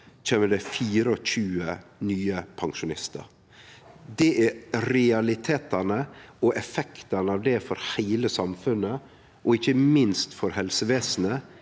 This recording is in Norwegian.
kjem det 24 nye pensjonistar. Det er realitetane, og effektane av det for heile samfunnet og ikkje minst for helsevesenet,